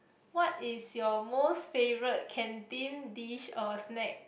what is your most favourite canteen dish or snack